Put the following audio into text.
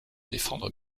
défendre